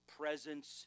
presence